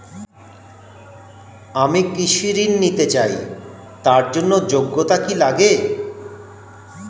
আমি কৃষি ঋণ নিতে চাই তার জন্য যোগ্যতা কি লাগে?